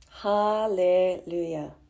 Hallelujah